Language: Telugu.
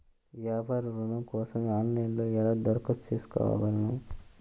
వ్యాపార ఋణం కోసం ఆన్లైన్లో ఎలా దరఖాస్తు చేసుకోగలను?